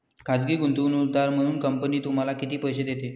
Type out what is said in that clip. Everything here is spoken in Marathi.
खाजगी गुंतवणूकदार म्हणून कंपनी तुम्हाला किती पैसे देते?